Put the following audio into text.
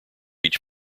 each